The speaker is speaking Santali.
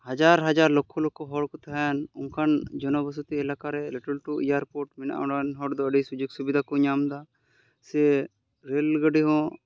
ᱦᱟᱡᱟᱨ ᱦᱟᱡᱟᱨ ᱞᱚᱠᱠᱷᱚ ᱞᱚᱠᱠᱷᱚ ᱦᱚᱲ ᱠᱚ ᱛᱟᱦᱮᱱ ᱚᱱᱠᱟᱱ ᱡᱚᱱᱚ ᱵᱚᱥᱚᱛᱤ ᱮᱞᱟᱠᱟᱨᱮ ᱞᱟᱹᱴᱩ ᱞᱟᱹᱴᱩ ᱮᱭᱟᱨᱯᱳᱨᱴ ᱢᱮᱱᱟᱜᱼᱟ ᱚᱸᱰᱮ ᱨᱮᱱ ᱦᱚᱲ ᱫᱚ ᱟᱹᱰᱤ ᱥᱩᱡᱳᱜᱽ ᱥᱩᱵᱤᱫᱷᱟ ᱠᱚ ᱧᱟᱢᱫᱟ ᱥᱮ ᱨᱮᱹᱞ ᱜᱟᱹᱰᱤ ᱦᱚᱸ